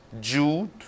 Jude